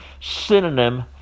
synonym